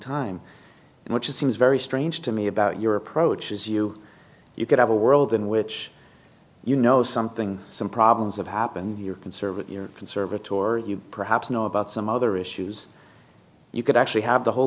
time which it seems very strange to me about your approach is you you could have a world in which you know something some problems have happened your conservative conservative or you perhaps know about some other issues you could actually have the whole